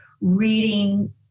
reading